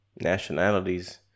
nationalities